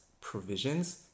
provisions